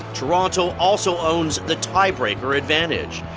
toronto also owns the tie breaker advantage.